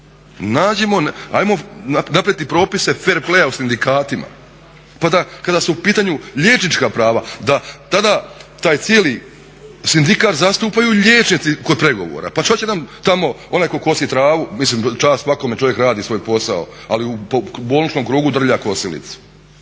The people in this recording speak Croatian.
ajmo napraviti propise fair playa u sindikatima, pa da kada su u pitanju liječnička prava da tada taj cijeli sindikat zastupaju liječnici kod pregovora. Pa šta će nam tamo onaj tko kosi travu, mislim čast svakome čovjek radi svoj posao, ali u bolničkom krugu drlja kosilicu.